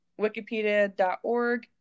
wikipedia.org